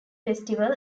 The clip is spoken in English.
festival